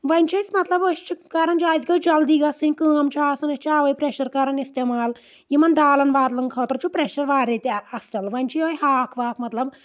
وۄنۍ چھ أسۍ مطلب أسۍ چھِ کَران اَسہِ گٔژھ جلدی گژھٕنۍ کٲم چھُ آسان أسۍ چھِ اَوَے پرؠشر کَران اِستعمال یِمن دالن والن خٲطرٕ چھُ پرؠشر واریاہ تہِ اکھ اَصل وۄنۍ چھ یِہوے ہاکھ واکھ